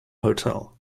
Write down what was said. hotel